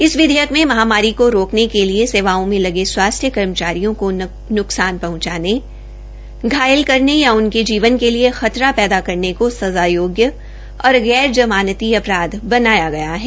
इस विधेयक में महामारी को रोकने के लिए सेवाओं में लगे स्वास्थ्य कर्मचारियों को नुकसान पहंचाने घायल करने या उनके जीवन के लिए खतरा पैदा करने को सजा योग्य और गैर जमानती अपराध बनाया गया है